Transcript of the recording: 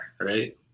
right